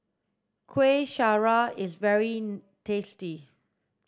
kueh syara is very tasty